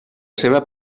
seva